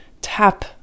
tap